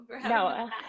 no